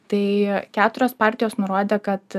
tai keturios partijos nurodė kad